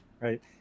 right